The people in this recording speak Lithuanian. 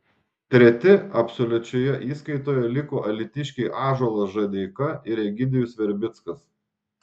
treti absoliučioje įskaitoje liko alytiškiai ąžuolas žadeika ir egidijus verbickas